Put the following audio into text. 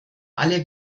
alle